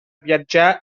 viatjar